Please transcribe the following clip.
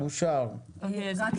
אושר פה אחד.